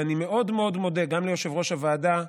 ואני מאוד מאוד מודה גם ליושב-ראש הוועדה,